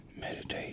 Meditate